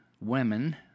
Women